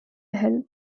health